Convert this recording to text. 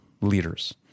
leaders